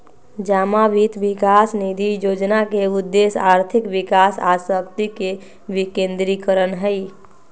जमा वित्त विकास निधि जोजना के उद्देश्य आर्थिक विकास आ शक्ति के विकेंद्रीकरण हइ